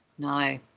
No